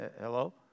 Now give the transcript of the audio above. hello